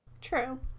True